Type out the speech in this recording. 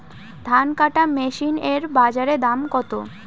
ধান কাটার মেশিন এর বাজারে দাম কতো?